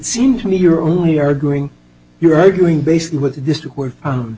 seems to me you're only arguing you're arguing basically with this